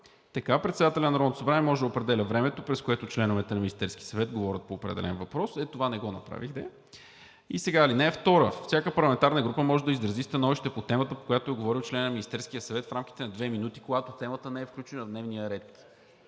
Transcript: поиска. „Председателят на Народното събрание може да определя времето, през което членовете на Министерския съвет говорят по определен въпрос.“ Това не го направихме. „(2) Всяка парламентарна група може да изрази становище по темата, по която е говорил членът на Министерския съвет, в рамките на две минути, когато темата не е включена в дневния ред.“